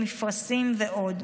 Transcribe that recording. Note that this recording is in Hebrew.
מפרשים ועוד.